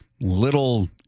little